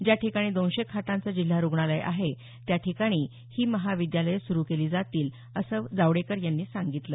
ज्या ठिकाणी दोनशे खाटांचं जिल्हा रूग्णालय आहे त्या ठिकाणी ही महाविद्यालयं सुरू केली जातीलं असं जावडेकर म्हणाले